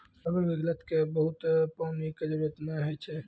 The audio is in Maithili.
परवल के लत क बहुत पानी के जरूरत नाय होय छै